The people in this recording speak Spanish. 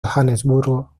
johannesburgo